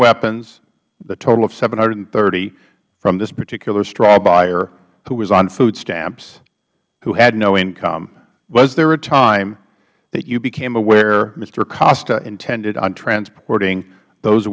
weapons the total of seven hundred and thirty from this particular straw buyer who was on food stamps who had no income was there a time that you became aware mr hacosta intended on transporting those